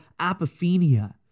apophenia